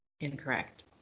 Incorrect